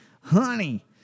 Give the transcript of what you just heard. honey